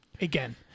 again